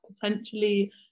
potentially